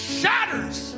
shatters